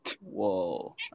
Whoa